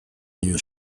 new